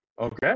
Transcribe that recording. Okay